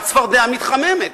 הצפרדע מתחממת.